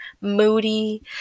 moody